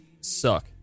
suck